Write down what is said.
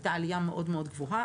היתה עלייה מאוד מאוד גבוהה.